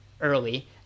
Early